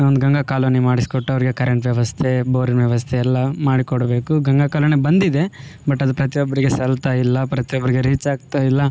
ಒಂದು ಗಂಗಾ ಕಾಲೋನಿ ಮಾಡಿಸ್ಕೊಟ್ಟು ಅವರಿಗೆ ಕರೆಂಟ್ ವ್ಯವಸ್ಥೆ ಬೋರಿನ ವ್ಯವಸ್ಥೆ ಎಲ್ಲ ಮಾಡಿಕೊಡಬೇಕು ಗಂಗಾ ಕಾಲೋನಿ ಬಂದಿದೆ ಬಟ್ ಅದು ಪ್ರತಿಯೊಬ್ಬರಿಗೆ ಸಲ್ತಾಯಿಲ್ಲ ಪ್ರತಿಯೊಬ್ಬರಿಗೆ ರೀಚ್ ಆಗ್ತಾಯಿಲ್ಲ